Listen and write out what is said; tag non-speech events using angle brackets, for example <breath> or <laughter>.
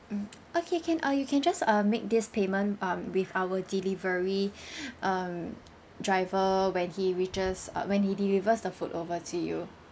mm okay can or you can just uh make this payment um with our delivery <breath> um driver when he reaches uh when he delivers the food over to you